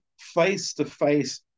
face-to-face